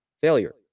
failure